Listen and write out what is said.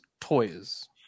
toys